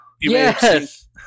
yes